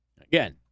Again